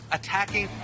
Attacking